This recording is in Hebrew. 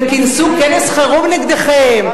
וכינסו כנס חירום נגדכם,